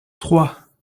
trois